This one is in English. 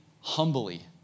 humbly